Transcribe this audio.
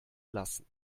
lassen